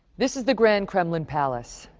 this is the grand kremlin palace.